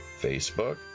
Facebook